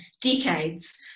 decades